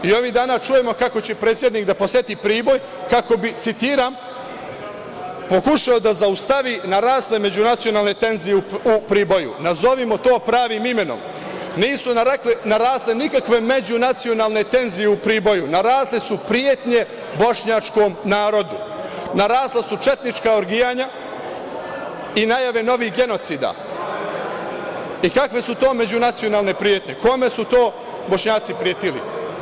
I ovih dana čujemo kako će predsednik da poseti Priboj kako bi citiram: „ pokušao da zaustavi na razne međunacionalne tenzije u Priboju“, nazovimo to pravim imenom, nisu na razne nikakve međunacionalne tenzije u Priboju, narasle su pretnje bošnjačkom narodu, narasla su četnička orgijanja i najave novih genocida i kakve su to međunacionalne pretnje, kome su to Bošnjaci pretili.